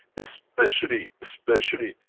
especially, especially,